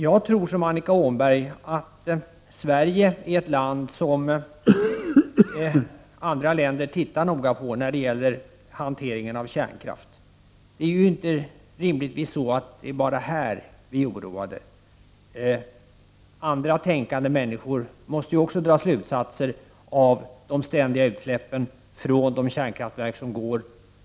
Jag tror i likhet med Annika Åhnberg att Sverige är ett land som andra länder ser noga på när det gäller hanteringen av kärnkraften. Det är rimligtvis inte bara i detta land som människorna är oroade. Också andra tänkande människor måste dra slutsatser av de ständiga utsläppen från kärnkraftsverken.